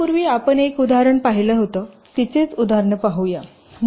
यापूर्वी आपण एक उदाहरण पाहिली होती तीच उदाहरणे पाहू या